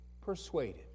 persuaded